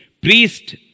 Priest